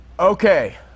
Okay